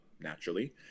naturally